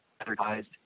advertised